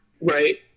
right